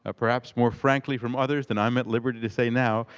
ah perhaps more frankly from others and i'm at liberty to say now,